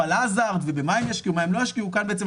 hazard ובמה הם ישקיעו ובמה הם לא ישקיעו,